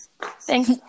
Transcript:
Thanks